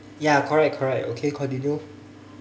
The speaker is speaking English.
ya correct correct okay continue